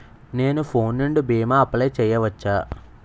నేను ఫోన్ నుండి భీమా అప్లయ్ చేయవచ్చా?